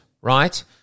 right